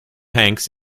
hanks